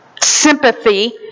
sympathy